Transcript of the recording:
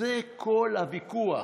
זה כל הוויכוח.